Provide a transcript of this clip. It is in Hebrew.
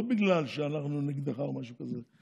לא בגלל שאנחנו נגדך או משהו כזה,